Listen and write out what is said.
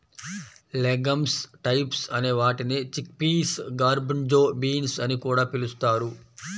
legumes types అనే వాటిని chickpeas, garbanzo beans అని కూడా పిలుస్తారు